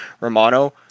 Romano